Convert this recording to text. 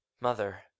mother